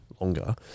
longer